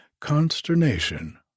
Consternation